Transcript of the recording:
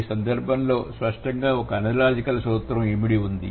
ఈ సందర్భంలో స్పష్టంగా ఒక అనలాజికల్ సూత్రం ఇమిడి ఉంది